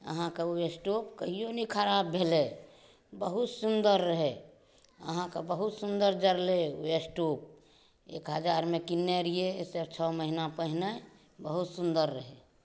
अहाँके ओ स्टोप कहियो नहि खराप भेलै बहुत सुन्दर रहै अहाँकेँ बहुत सुन्दर जरलै ओ स्टोप एक हजार मे किनने रहियै एहिसऽ छओ महिना पहिने बहुत सुन्दर रहै